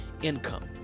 income